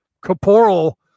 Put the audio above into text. corporal